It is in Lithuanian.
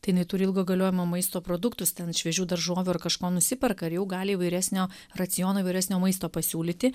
tai jinai turi ilgo galiojimo maisto produktus ten šviežių daržovių ar kažko nusiperka ir jau gali įvairesnio raciono įvairesnio maisto pasiūlyti